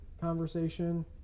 conversation